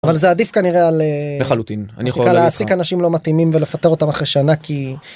אבל זה עדיף כנראה על אה.. לחלוטין. אני יכול להגיד לך. שקל להעסיק אנשים לא מתאימים ולפטר אותם אחרי שנה כי..